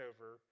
over